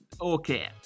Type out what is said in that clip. okay